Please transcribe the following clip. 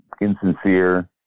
insincere